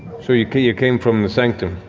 so you came you came from the sanctum?